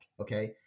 okay